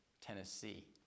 Tennessee